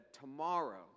tomorrow